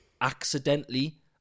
accidentally